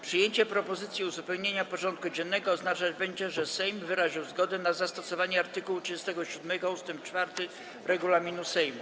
Przyjęcie propozycji uzupełnienia porządku dziennego oznaczać będzie, że Sejm wyraził zgodę na zastosowanie art. 37 ust. 4 regulaminu Sejmu.